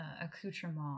accoutrement